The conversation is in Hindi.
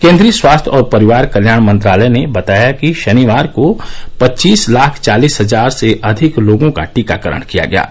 केन्द्रीय स्वास्थ्य और परिवार कल्याण मंत्रालय ने बताया कि शनिवार को पच्चीस लाख चालीस हजार से अधिक लोगों का टीकाकरण किया गया है